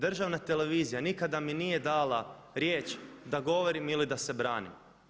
Državna televizija nikada mi nije dala riječ da govorim ili da se branim.